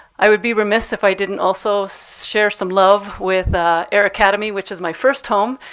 i would be remiss if i didn't also so share some love with ah air academy, which is my first home,